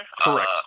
Correct